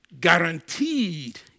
Guaranteed